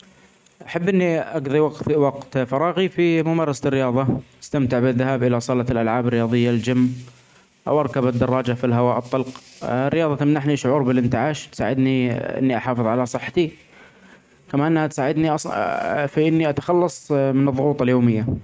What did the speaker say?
أحب إني أقظي وقت -وقت فراغي في ممارسة الرياضة أستمتع بالذهاب إلي صالة الألعاب الرياضية الجيم. أو أركب الدراجة في الهواء الطلج. الرياضة تمنحني شعور بالإنتعاش تساعدني إني أحافظ علي صحتي. كمان أنها تساعدني في إني أتخلص من الظغوط اليومية.